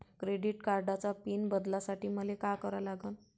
Credit कार्डाचा pin बदलासाठी मले का करा लागन?